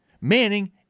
Manning